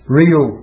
real